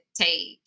take